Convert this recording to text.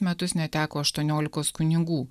metus neteko aštuoniolikos kunigų